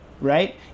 right